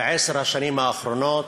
בעשר השנים האחרונות,